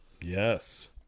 yes